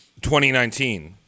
2019